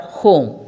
home